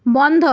বন্ধ